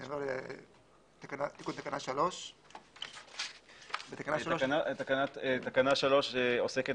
אני עובר תיקון תקנה 3. תקנה 3 עוסקת